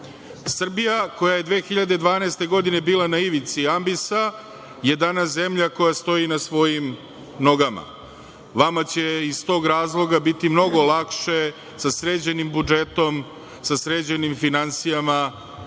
smeru. Srbija koja je 2012. godine bila na ivici ambisa je danas zemlja koja stoji na svojim nogama. Vama će iz tog razloga biti mnogo lakše sa sređenim budžetom, sa sređenim finansijama,